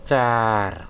چار